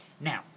Now